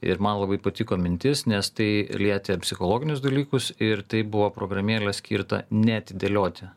ir man labai patiko mintis nes tai lietė psichologinius dalykus ir tai buvo programėlė skirta neatidėlioti